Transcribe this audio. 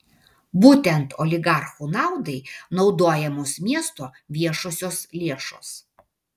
būtent oligarchų naudai naudojamos miesto viešosios lėšos